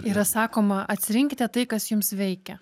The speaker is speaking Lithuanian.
yra sakoma atsirinkite tai kas jums veikia